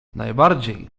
najbardziej